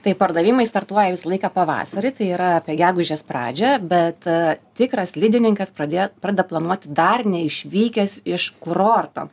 tai pardavimai startuoja visą laiką pavasarį tai yra apie gegužės pradžią bet tikras slidininkas pradėt pradeda planuoti dar neišvykęs iš kurorto